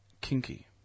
Kinky